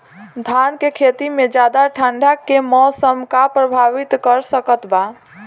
धान के खेती में ज्यादा ठंडा के मौसम का प्रभावित कर सकता बा?